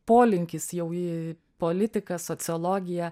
polinkis jau į politiką sociologiją